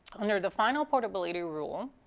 under the final portability rule,